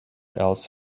else